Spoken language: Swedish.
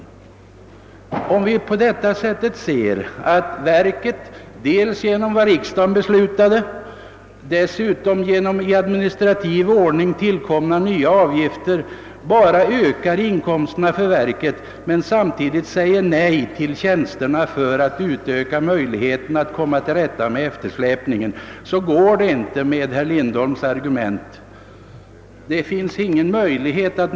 När vi ser att verket på detta sätt dels genom vad riksdagen beslutat, dels genom på administrativ väg införda nya avgifter bara ökar sina inkomster samtidigt som regeringen säger nej till inrättande av ytterligare tjänster, varigenom möjligheterna att komma till rätta med eftersläpningen skulle kunna vidgas, så går det inte att använda sådana argument som dem herr Lindholm framför.